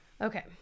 Okay